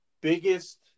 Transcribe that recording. biggest